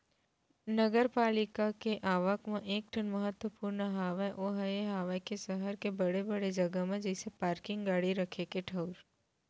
नगरपालिका के आवक म एक ठन महत्वपूर्न हवय ओहा ये हवय के सहर के बड़े बड़े जगा म जइसे पारकिंग गाड़ी रखे के ठऊर